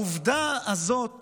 העובדה הזאת